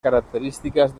características